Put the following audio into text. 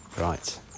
Right